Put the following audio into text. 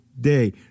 day